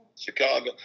Chicago